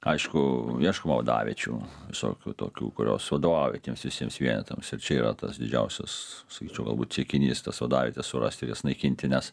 aišku ieškoma vadaviečių visokių tokių kurios vadovauja tiems visiems vienetams ir čia yra tas didžiausias sakyčiau galbūt siekinys tas vadavietes surasti ir jas naikinti nes